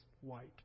white